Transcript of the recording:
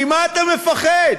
ממה אתה מפחד?